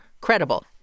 credible